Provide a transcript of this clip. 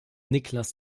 niklas